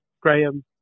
Graham